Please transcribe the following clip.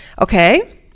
Okay